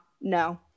no